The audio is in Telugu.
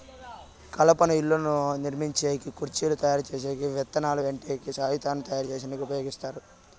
కలపను ఇళ్ళను నిర్మించేకి, కుర్చీలు తయరు చేసేకి, వంతెనలు కట్టేకి, కాగితంను తయారుచేసేకి ఉపయోగిస్తారు